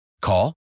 Call